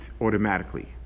automatically